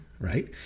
right